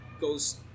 goes